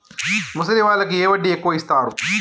ముసలి వాళ్ళకు ఏ వడ్డీ ఎక్కువ ఇస్తారు?